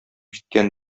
җиткән